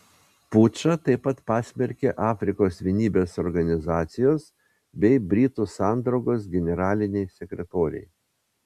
pučą taip pat pasmerkė afrikos vienybės organizacijos bei britų sandraugos generaliniai sekretoriai